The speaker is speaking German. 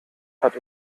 hat